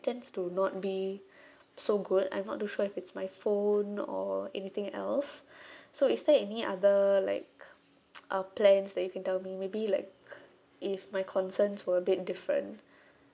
tends to not be so good I'm not too sure if it's my phone or anything else so is there any other like uh plans that you can tell me maybe like if my concerns were a bit different